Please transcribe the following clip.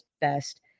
best